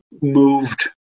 moved